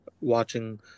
watching